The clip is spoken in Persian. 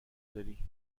داری